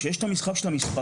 כשיש את המשחק של המספרים